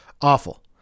awful